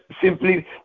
simply